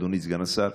אדוני סגן השר,